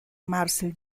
marcel